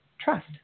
trust